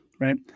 right